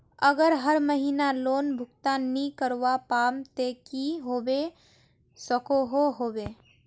अगर हर महीना लोन भुगतान नी करवा पाम ते की होबे सकोहो होबे?